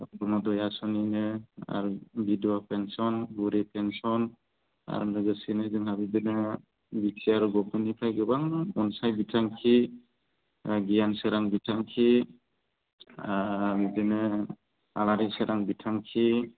अरुनदय आसनि होगासिनो आरो बिधबा पेन्सन बुरि पेन्सन आरो लोगोसे जोंहा बिदिनो बिटिआर गभर्नमेन्टनिफ्राय गोबां अनसुंथाइ बिथांखि गियानसोरां बिथांखि आरो बिदिनो आलारिसोरां बिथांखि